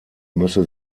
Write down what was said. müsse